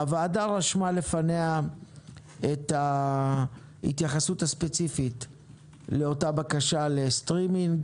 הוועדה רשמה לפניה את ההתייחסות הספציפית לאותה בקשה לסטרימינג